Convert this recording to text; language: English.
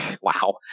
Wow